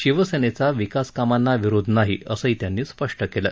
शिवसेनेचा विकासकामांना विरोध नाही असंही त्यांनी स्पष्ट केलं